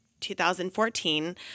2014